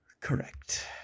Correct